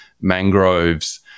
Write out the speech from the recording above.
mangroves